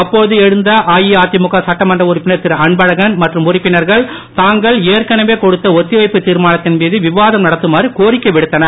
அப்போது எழுந்த அதிழுக சட்டமன்ற உறுப்பினர் திரு அன்பழகன் மற்றும் உறுப்பினர்கள் தாங்கள் ஏற்கனவே கொடுத்த ஒத்திவைப்பு தீர்மானத்தின் மீது விவாதம் நடத்துமாறு கோரிக்கை விடுத்தனர்